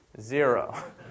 Zero